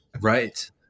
Right